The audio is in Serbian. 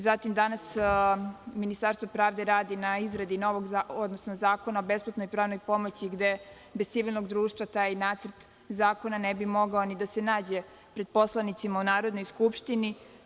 Zatim, danas Ministarstvo pravde radi na izradi novog zakona, odnosno zakona o besplatnoj pravnoj pomoći gde bez civilnog društva taj nacrt zakona ne bi mogao ni da se nađe pre poslanicima u Narodnoj skupštini.